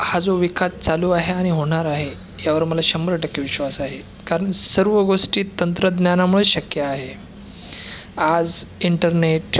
हा जो विकास चालू आहे आणि होणार आहे यावर मला शंभर टक्के विश्वास आहे कारण सर्व गोष्टी तंत्रज्ञानामुळे शक्य आहे आज इंटरनेट